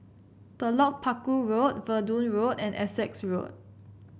Telok Paku Road Verdun Road and Essex Road